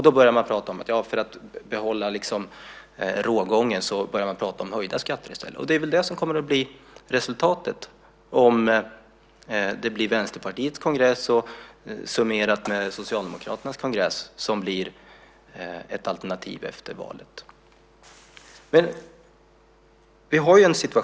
Då började man prata om höjda skatter i stället, för att liksom behålla rågången. Och det är väl det som kommer att bli resultatet om det blir Vänsterpartiets kongress summerat med Socialdemokraternas kongress som blir ett alternativ efter valet.